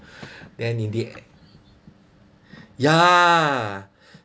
then in the ya